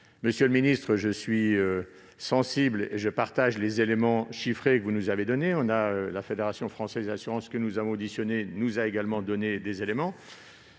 Monsieur le ministre, je suis sensible à vos arguments et je souscris aux éléments chiffrés que vous nous avez donnés. La Fédération française de l'assurance, que nous avons auditionnée, nous a également donné des arguments.